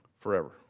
forever